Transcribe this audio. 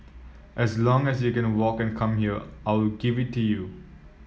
as long as you can walk and come here I will give it to you